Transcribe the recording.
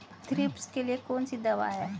Thrips के लिए कौन सी दवा है?